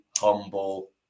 humble